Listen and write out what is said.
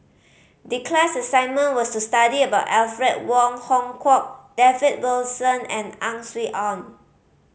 the class assignment was to study about Alfred Wong Hong Kwok David Wilson and Ang Swee Aun